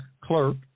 clerk